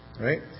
right